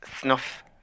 snuff